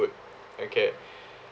okay